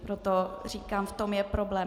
Proto říkám, v tom je problém.